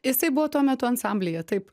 jisai buvo tuo metu ansamblyje taip